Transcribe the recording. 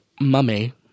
mummy